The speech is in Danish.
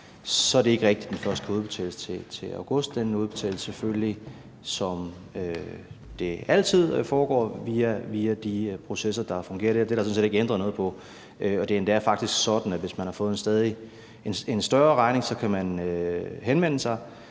så er det ikke rigtigt, at den først kan udbetales til august. Den udbetales selvfølgelig, som det altid foregår, via de processer, der fungerer der. Det er der sådan set ikke ændret noget på. Det er faktisk endda sådan, at hvis man har fået en større regning, kan man henvende sig